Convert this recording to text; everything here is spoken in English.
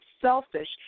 selfish